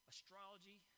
Astrology